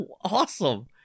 Awesome